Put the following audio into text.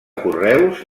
correus